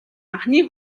анхны